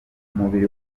umubiri